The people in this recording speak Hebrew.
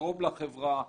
לתרום לחברה,